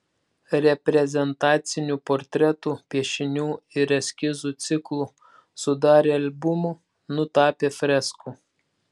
reprezentacinių portretų piešinių ir eskizų ciklų sudarė albumų nutapė freskų